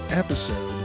episode